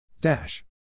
dash